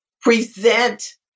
present